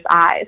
eyes